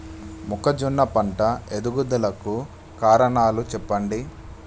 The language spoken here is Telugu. మొక్కజొన్న పంట ఎదుగుదల కు కారణాలు చెప్పండి?